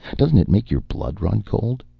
doesn't it make your blood run cold?